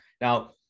Now